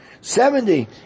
Seventy